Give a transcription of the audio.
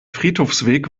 friedhofsweg